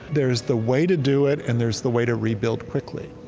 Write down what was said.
there's the way to do it, and there's the way to rebuild quickly.